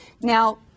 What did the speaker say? Now